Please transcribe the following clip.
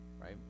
right